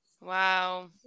Wow